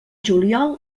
juliol